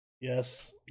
Yes